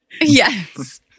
Yes